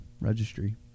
registry